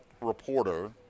reporter